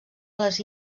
les